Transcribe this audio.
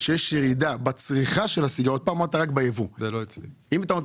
שיש ירידה בצריכה של הסיגריות -- זה לא אצלי.